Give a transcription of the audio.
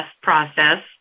process